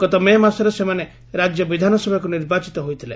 ଗତ ମେ ମାସରେ ସେମାନେ ରାଜ୍ୟ ବିଧାନସଭାକୁ ନିର୍ବାଚିତ ହୋଇଥିଲେ